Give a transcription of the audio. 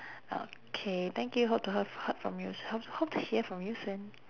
okay thank you hope to he~ heard from you s~ hopes hope to hear from you soon